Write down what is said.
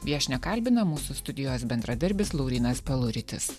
viešnia kalbina mūsų studijos bendradarbis laurynas peluritis